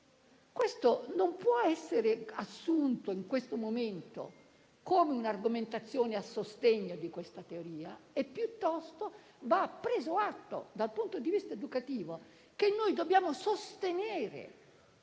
Ciò non può essere assunto, in questo momento, come un'argomentazione a sostegno di questa teoria; piuttosto va preso atto, dal punto di vista educativo, che noi dobbiamo sostenere,